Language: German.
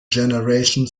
generation